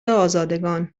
آزادگان